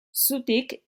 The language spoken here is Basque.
zutik